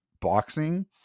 boxing